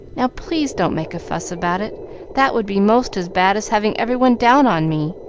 now, please, don't make a fuss about it that would be most as bad as having every one down on me.